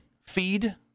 feed